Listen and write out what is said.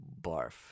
Barf